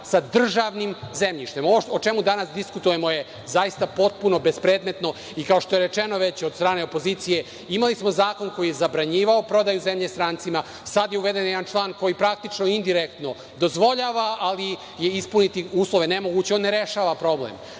sa državnim zemljištem. Ovo o čemu danas diskutujemo je zaista potpuno bespredmetno i kao što je rečeno već od strane opozicije, imali smo zakon koji je zabranjivao prodaju zemlje strancima, sada je uveden jedan član koji praktično indirektno dozvoljava ali je ispuniti uslove nemoguće, i on ne rešava problem.